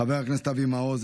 חבר הכנסת אבי מעוז,